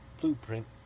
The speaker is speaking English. blueprint